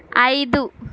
ఐదు